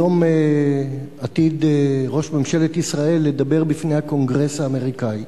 היום עתיד ראש ממשלת ישראל לדבר בפני הקונגרס האמריקני,